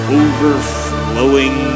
overflowing